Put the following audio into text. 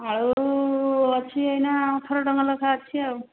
ଆଳୁ ଅଛି ଏଇନା ଅଠର ଟଙ୍କା ଲେଖାଏଁ ଅଛି